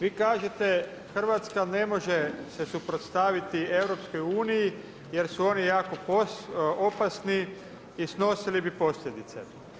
Vi kažete Hrvatska ne može se suprotstaviti EU, jer su oni jako opasni i snosili bi posljedice.